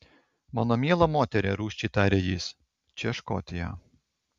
mano miela moterie rūsčiai tarė jis čia škotija